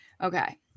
Okay